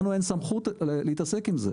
לנו אין סמכות להתעסק עם זה.